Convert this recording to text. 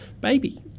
baby